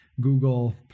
Google